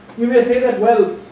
you may say that well,